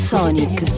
Sonic